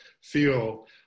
feel